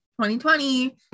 2020